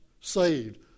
saved